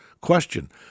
Question